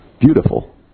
Beautiful